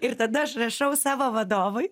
ir tada aš rašau savo vadovui